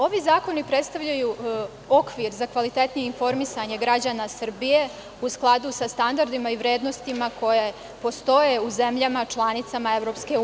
Ovi zakoni predstavljaju okvir za kvalitetnije informisanje građana Srbije u skladu sa standardima i vrednostima koje postoje u zemljama članicama EU.